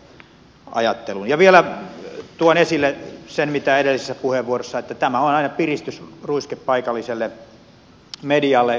ja vielä tuon esille sen mitä edellisessä puheenvuorossa että tämä on aina piristysruiske paikalliselle medialle